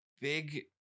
big